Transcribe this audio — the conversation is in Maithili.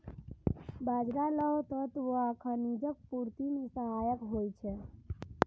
बाजरा लौह तत्व आ खनिजक पूर्ति मे सहायक होइ छै